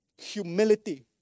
humility